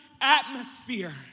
atmosphere